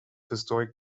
historic